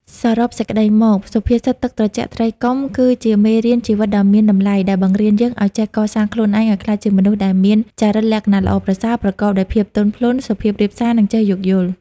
សរុបសេចក្តីមក សុភាសិត ទឹកត្រជាក់ ត្រីកុំ គឺជាមេរៀនជីវិតដ៏មានតម្លៃ ដែលបង្រៀនយើងឱ្យចេះកសាងខ្លួនឯងឱ្យក្លាយជាមនុស្សដែលមានចរិតលក្ខណៈល្អប្រសើរ ប្រកបដោយភាពទន់ភ្លន់ សុភាពរាបសារ និងចេះយោគយល់។